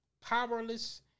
Powerless